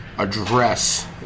Address